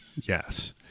Yes